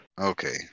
Okay